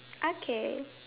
okay